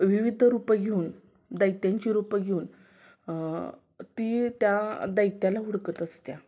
विविध रूपं घेऊन दैत्यांची रूपं घेऊन ती त्या दैत्याला हुडकत असते